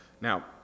Now